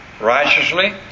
righteously